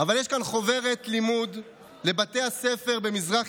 אבל יש כאן חוברת לימוד לבתי הספר במזרח